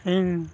ᱤᱧ